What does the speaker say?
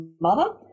mother